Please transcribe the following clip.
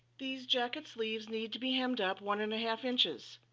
these jacket sleeves need to be hemmed up one and a half inches.